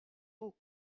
veau